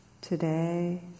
today